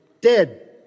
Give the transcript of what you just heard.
dead